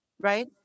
right